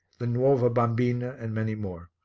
the nuova bambina and many more.